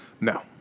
No